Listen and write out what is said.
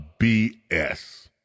BS